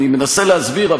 אני מנסה להסביר.